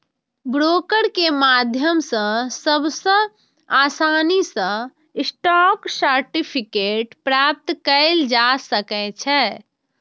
broker के माध्यम सं सबसं आसानी सं स्टॉक सर्टिफिकेट प्राप्त कैल जा सकै छै